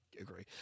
agree